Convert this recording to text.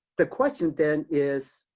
the question, then, is,